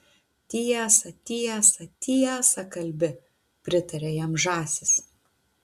tiesą tiesą tiesą kalbi pritarė jam žąsys